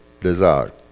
desire